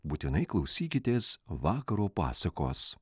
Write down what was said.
būtinai klausykitės vakaro pasakos